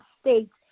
states